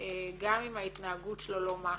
גם אם ההתנהגות שלו לא משהו.